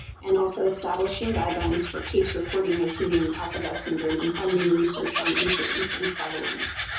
and also establishing guidelines for case reporting of human alpha-gal syndrome, and funding research on incidence and prevalence.